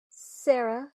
sara